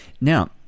Now